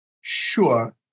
Sure